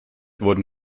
wurden